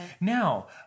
Now